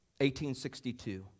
1862